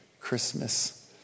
Christmas